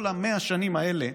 כל 100 השנים האלה,